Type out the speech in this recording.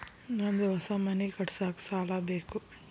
ನಂದು ಹೊಸ ಮನಿ ಕಟ್ಸಾಕ್ ಸಾಲ ಬೇಕು